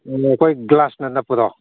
ꯑꯩꯈꯣꯏ ꯒ꯭ꯂꯥꯁꯅ ꯅꯞꯄꯗꯣ